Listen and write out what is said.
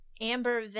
Amber